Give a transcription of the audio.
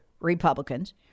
Republicans